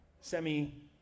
semi